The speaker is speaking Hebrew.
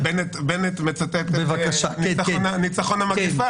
בנט מצטט את ניצחון המגפה.